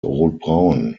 rotbraun